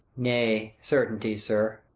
nay, certainties, sir.